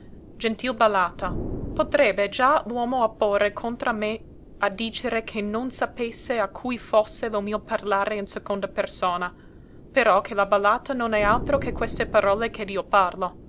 gentil ballata potrebbe già l'uomo opporre contra me e dicere che non sapesse a cui fosse lo mio parlare in seconda persona però che la ballata non è altro che queste parole ched io parlo